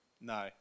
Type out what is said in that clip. No